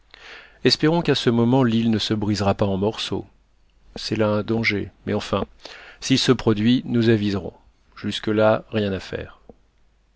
espérons qu'à ce moment l'île ne se brisera pas en morceaux c'est là un danger mais enfin s'il se produit nous aviserons jusque-là rien à faire